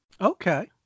Okay